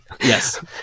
yes